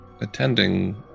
attending